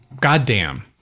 goddamn